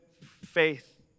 faith